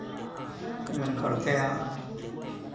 भोजन करते हैं